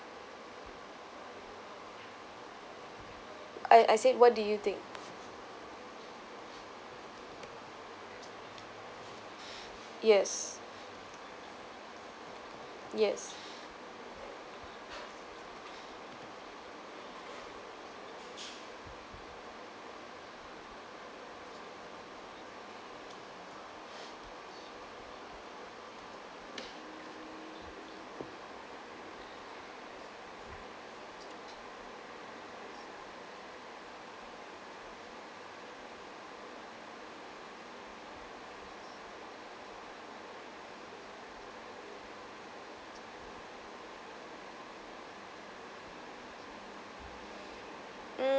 I I said what do you think yes yes mm